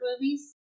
movies